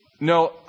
No